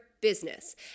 business